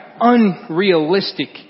unrealistic